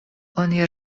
oni